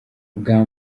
bwa